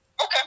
Okay